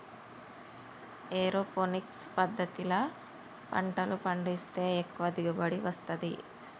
aeroponics పద్దతిల పంటలు పండిస్తే ఎక్కువ దిగుబడి వస్తది